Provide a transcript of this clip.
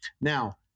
Now